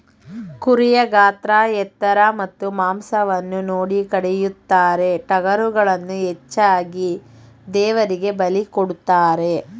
ಕುರಿಯ ಗಾತ್ರ ಎತ್ತರ ಮತ್ತು ಮಾಂಸವನ್ನು ನೋಡಿ ಕಡಿಯುತ್ತಾರೆ, ಟಗರುಗಳನ್ನು ಹೆಚ್ಚಾಗಿ ದೇವರಿಗೆ ಬಲಿ ಕೊಡುತ್ತಾರೆ